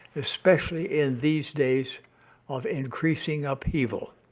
especially in these days of increasing upheaval.